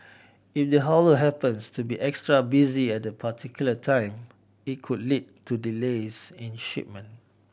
if the haulier happens to be extra busy at the particular time it could lead to delays in shipment